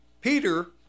Peter